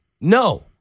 no